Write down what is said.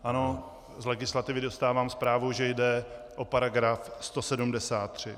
Ano, z legislativy dostávám zprávu, že jde o § 173.